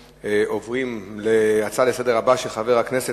סגן המזכיר, נא להוסיף את חבר הכנסת